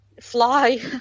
fly